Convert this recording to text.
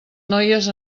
noies